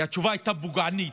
כי התשובה הייתה פוגענית.